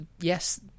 yes